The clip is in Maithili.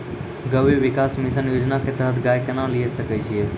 गव्य विकास मिसन योजना के तहत गाय केना लिये सकय छियै?